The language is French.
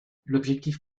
l’objectif